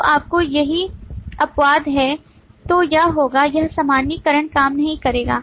तो आपको यदि अपवाद हैं तो यह होगा यह सामान्यीकरण काम नहीं करेगा